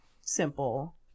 simple